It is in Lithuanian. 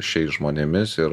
šiais žmonėmis ir